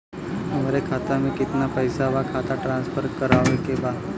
हमारे खाता में कितना पैसा बा खाता ट्रांसफर करावे के बा?